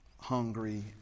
hungry